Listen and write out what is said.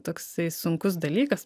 toksai sunkus dalykas